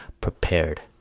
prepared